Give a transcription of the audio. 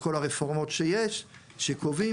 וכל הרפורמות שקובעים.